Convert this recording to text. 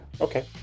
Okay